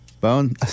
Bone